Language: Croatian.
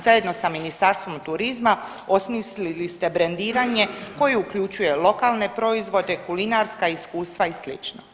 Zajedno sa Ministarstvom turizma osmislili ste brendiranje koje uključuje lokalne proizvode, kulinarska iskustva i slično.